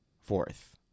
Fourth